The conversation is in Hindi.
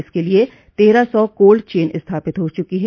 इसके लिए तेरह सौ कोल्ड चेन स्थापित हो चुकी हैं